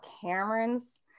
Cameron's